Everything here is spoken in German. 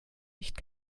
nicht